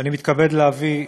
אני מתכבד להציג,